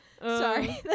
Sorry